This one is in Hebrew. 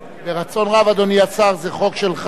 ברצון רב, אדוני השר, זה חוק שלך.